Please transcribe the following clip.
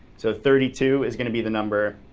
so thirty two is going to be the number